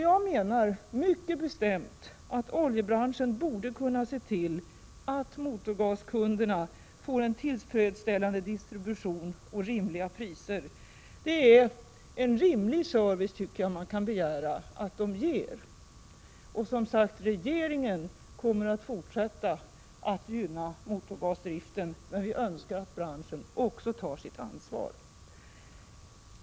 Jag hävdar mycket bestämt att oljebranschen borde kunna se till att motorgaskunderna får en tillfredsställande distribution och rimliga priser. Det är en service man kan begära. Regeringen kommer som sagt att fortsätta att gynna motorgasdriften, men vi önskar att branschen också tar sitt ansvar.